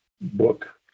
book